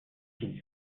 qu’il